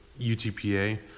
UTPA